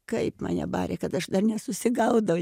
kaip mane barė kad aš dar nesusigaudau